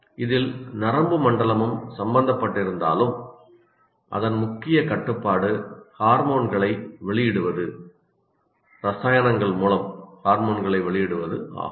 இதில் நரம்பு மண்டலமும் சம்பந்தப்பட்டிருந்தாலும் அதன் முக்கிய கட்டுப்பாடு ஹார்மோன்களை வெளியிடுவது ரசாயனங்கள் மூலம் ஆகும்